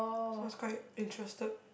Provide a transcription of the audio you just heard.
so I was quite interested